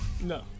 No